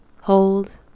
Hold